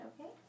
Okay